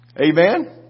Amen